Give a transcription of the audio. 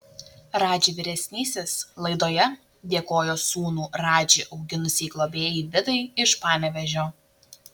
radži vyresnysis laidoje dėkojo sūnų radži auginusiai globėjai vidai iš panevėžio